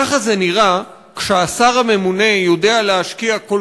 ככה זה נראה כשהשר הממונה יודע להשקיע כל